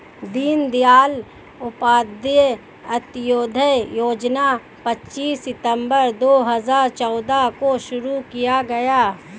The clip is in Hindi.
दीन दयाल उपाध्याय अंत्योदय योजना पच्चीस सितम्बर दो हजार चौदह को शुरू किया गया